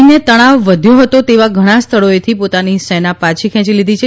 ચીને તણાવ વધ્યો હતો તેવા ઘણાં સ્થળોએથી પોતાની સેના પાછી ખેંચી લીધી છે